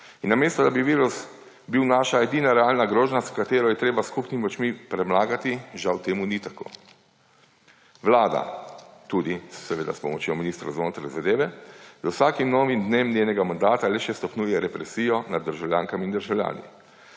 In namesto, da bi virus bil naša edina realna grožnja, katero je treba s skupnimi močmi premagati, temu žal ni tako. Vlada tudi seveda s pomočjo ministra za notranje zadeve z vsakim novim dnem njenega mandata le še stopnjuje represijo nad državljankami in državljani.